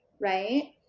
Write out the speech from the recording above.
right